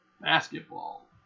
basketball